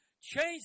change